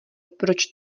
proč